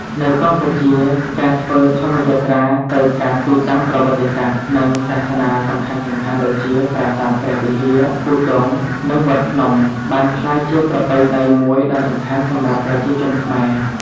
នៅកម្ពុជា ការធ្វើធម្មយាត្រាទៅកាន់ទីតាំងប្រវត្តិសាស្ត្រ និងសាសនាសំខាន់ៗដូចជា ប្រាសាទព្រះវិហារ ឧដុង្គ និងវត្តភ្នំ បានក្លាយជាប្រពៃណីមួយដ៏សំខាន់សម្រាប់ប្រជាជនខ្មែរ។